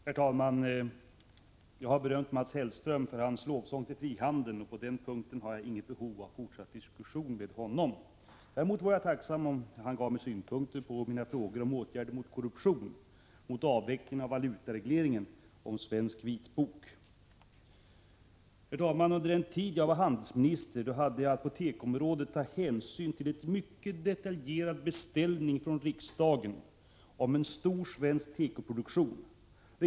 Herr talman! Jag har berömt Mats Hellström för hans lovsång till frihandeln. På den punkten har jag inget behov av fortsatt diskussion med honom. Däremot vore jag tacksam om han gav mig svar på mina frågor om åtgärder mot korruption, om avveckling av valutaregleringen och om en svensk vitbok. Herr talman! Under den tid jag var handelsminister hade jag att på tekoområdet ta hänsyn till en mycket detaljerad beställning från riksdagen om en stor svensk tekoproduktion.